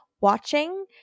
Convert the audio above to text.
watching